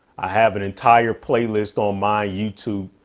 i have an entire playlist on my youtube.